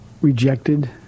rejected